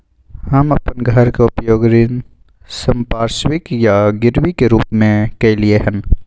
हम अपन घर के उपयोग ऋण संपार्श्विक या गिरवी के रूप में कलियै हन